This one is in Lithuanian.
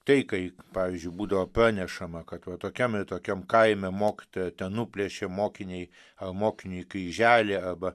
tai kai pavyzdžiui būdavo pranešama kad va tokiam ir tokiam kaime mokytoja ten nuplėšė mokinei ar mokiniui kryželį arba